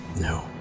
No